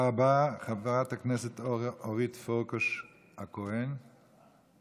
חברת הכנסת אורית פרקש הכהן, איננה,